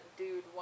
dude